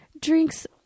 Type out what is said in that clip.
drinks